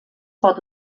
pot